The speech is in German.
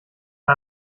der